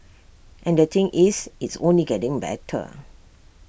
and the thing is it's only getting better